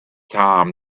time